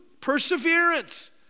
perseverance